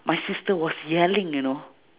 my sister was yelling you know